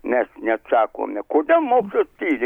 mes neatsakome kodėl mokslas tyli